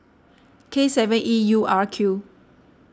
K seven E U R Q